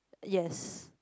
yes